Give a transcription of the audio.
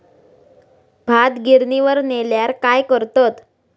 भात गिर्निवर नेल्यार काय करतत?